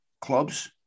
clubs